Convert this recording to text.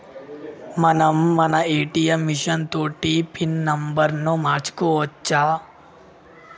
మనం మన ATM machine తోటి పిన్ నెంబర్ను మార్చుకోవచ్చు